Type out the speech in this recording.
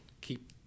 keep